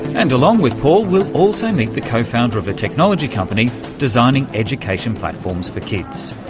and along with paul, we'll also meet the co-founder of a technology company designing education platforms for kids.